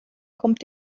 kommt